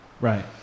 right